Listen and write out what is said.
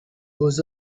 beaux